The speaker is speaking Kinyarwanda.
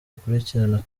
akurikirana